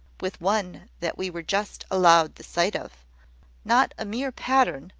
with one that we were just allowed the sight of not a mere pattern,